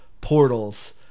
portals